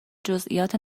جزییات